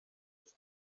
iki